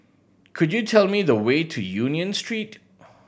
could you tell me the way to Union Street